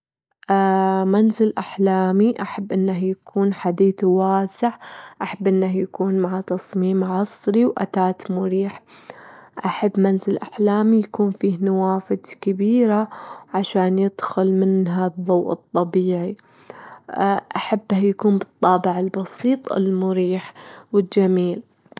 منزل أحلامي أحب أنه تكون حديته واسع، أحب أنه يكون مع تصميم عصري وأتات مريح، أحب منزل أحلامي يكون فيه نوافذ كبيرة عشان يدخل منها الضوء الطبيعي، أحبها يكون بالطابع البسيط المريح والجميل.